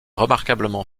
remarquablement